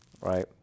right